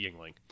Yingling